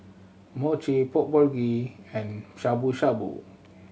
Mochi Pork Bulgogi and Shabu Shabu